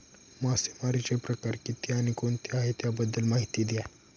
मासेमारी चे प्रकार किती आणि कोणते आहे त्याबद्दल महिती द्या?